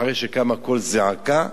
אחרי שקם קול זעקה,